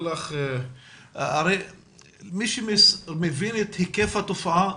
מי שמבין את היקף התופעה,